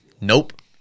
Nope